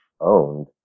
owned